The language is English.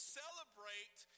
celebrate